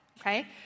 okay